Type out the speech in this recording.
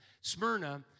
Smyrna